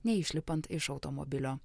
neišlipant iš automobilio